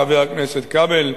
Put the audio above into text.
חבר הכנסת כבל,